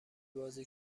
بازی